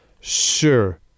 Sure